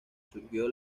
surgió